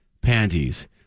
panties